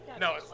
No